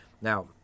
Now